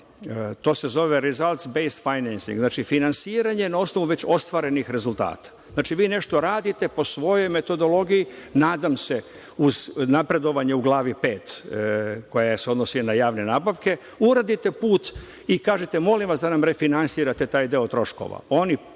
to se zove results based financing, znači, finansiranje na osnovu već ostvarenih rezultata. Vi nešto radite po svojoj metodologiji, nadam se uz napredovanje u glavi 5. koja se odnosi na javne nabavke, uradite put i kažete – molim vas da nam refinansirate taj deo troškova. Oni